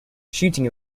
shooting